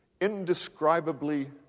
indescribably